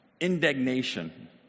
indignation